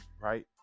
Right